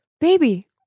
Baby